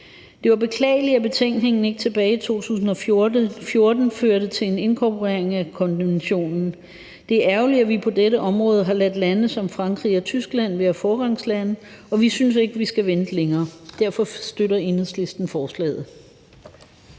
Det var beklageligt, at betænkningen tilbage i 2014 ikke førte til en inkorporering af konventionen. Det er ærgerligt, at vi på dette område har ladt lande som Frankrig og Tyskland være foregangslande, og vi synes ikke, at man skal vente længere. Derfor støtter Enhedslistens forslaget.